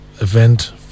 event